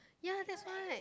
ya that's why